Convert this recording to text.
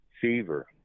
Fever